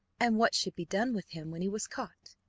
and what should be done with him when he was caught?